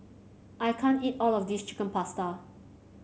I can't eat all of this Chicken Pasta